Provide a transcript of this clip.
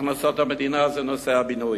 הכנסות המדינה מנושא הבינוי.